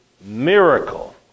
miracle